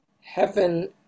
heaven